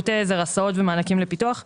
המינהל לחינוך התיישבותי,